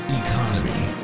economy